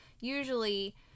Usually